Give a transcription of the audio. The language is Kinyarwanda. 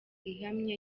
ihamye